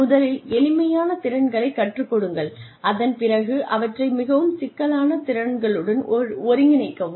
முதலில் எளிமையான திறன்களை கற்றுக் கொடுங்கள் அதன் பிறகு அவற்றை மிகவும் சிக்கலான திறன்களுடன் ஒருங்கிணைக்கவும்